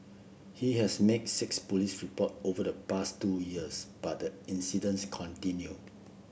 he has made six police report over the past two years but the incidents continued